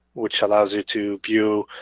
which allows you to view